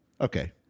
Okay